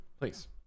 please